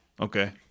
okay